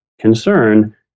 concern